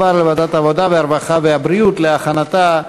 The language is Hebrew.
הטבות למי שמקבל גמלה לפי חוק הביטוח הלאומי וקיבל גמלת הבטחת הכנסה),